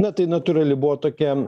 na tai natūrali buvo tokia